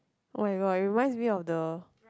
[oh]-my-god it reminds me of the